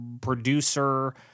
producer